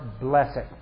blessing